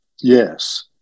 Yes